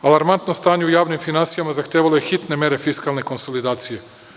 Alarmantno stanje u javnim finansijama zahtevalo je hitne mere fiskalne konsolidacije.